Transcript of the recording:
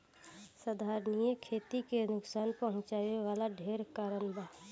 संधारनीय खेती के नुकसान पहुँचावे वाला ढेरे कारण बा